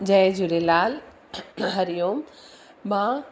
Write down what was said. जय झूलेलाल हरीओम मां